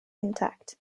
intact